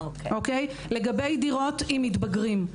לגבי דירות עם מתבגרים,